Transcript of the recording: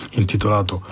intitolato